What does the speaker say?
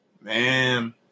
man